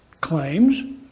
claims